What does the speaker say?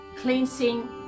cleansing